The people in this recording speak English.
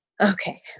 Okay